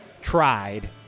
Tried